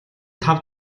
тав